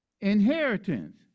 inheritance